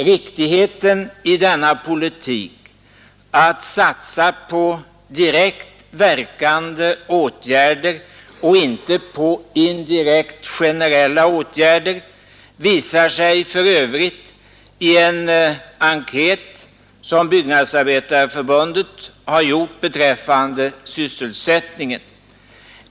Riktigheten i denna politik, att satsa på direkt verkande åtgärder och inte på indirekt generella åtgärder, visar sig för övrigt i en enkät som Byggnadsarbetareförbundet har gjort beträffande sysselsättningen.